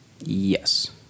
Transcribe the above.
Yes